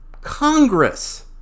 Congress